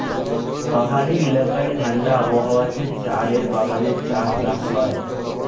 পাহাড়ি এলাকায় ঠাণ্ডা আবহাওয়াতে চায়ের বাগানে চা চাষ হয়